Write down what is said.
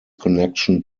connection